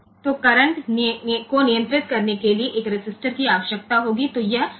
તો કરંટ ને નિયંત્રિત કરવા માટે રેઝિસ્ટર નો જરૂર પડશે